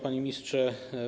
Panie Ministrze!